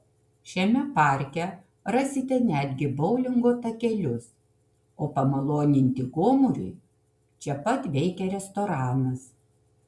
šiame parke rasite netgi boulingo takelius o pamaloninti gomuriui čia pat veikia restoranas